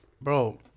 Bro